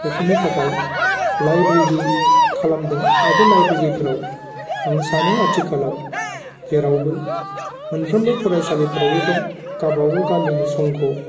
बेफोरनि थाखाय लाइब्रेरि खालामदों आरो बे लाइब्रेरिफ्राव आं सानो आथिखालाव जेरावबो मोनफ्रोमबो फरायसालिफोरावबो दं गाबागाव गामिनि संग